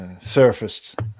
surfaced